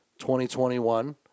2021